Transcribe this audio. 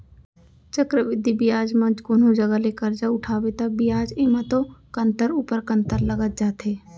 चक्रबृद्धि बियाज म कोनो जघा ले करजा उठाबे ता बियाज एमा तो कंतर ऊपर कंतर लगत जाथे